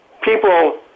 people